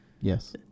Yes